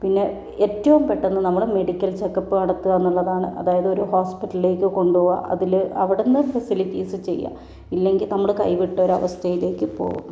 പിന്നെ ഏറ്റവും പെട്ടന്ന് നമ്മള് മെഡിക്കൽ ചെക്കപ്പ് നടത്തുക എന്നുള്ളതാണ് അതായത് ഒരു ഹോസ്പിറ്റലിലേക്ക് കൊണ്ടുപോവ്വാ അതിൽ അവിടുന്ന് ഫെസിലിറ്റീസ് ചെയ്യുക ഇല്ലെങ്കിൽ നമ്മുടെ കൈവിട്ട ഒരവസ്ഥയിലേക്ക് പോവും